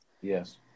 Yes